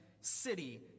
city